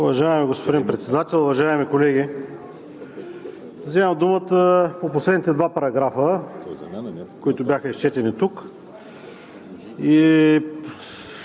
Уважаеми господин Председател, уважаеми колеги! Вземам думата по последните два параграфа, които бяха изчетени тук.